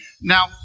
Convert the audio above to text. Now